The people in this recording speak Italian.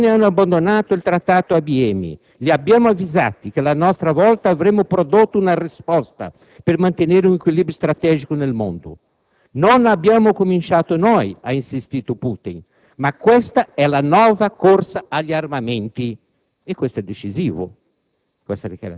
«Gli americani hanno abbandonato il Trattato ABM. Li abbiamo avvisati che a nostra volta avremmo prodotto una risposta per mantenere un equilibrio strategico nel mondo. Non abbiamo cominciato noi» - ha insistito Putin - «ma questa è una nuova corsa agli armamenti». Questa dichiarazione